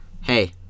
hey